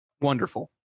Wonderful